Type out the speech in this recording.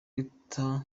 nkiko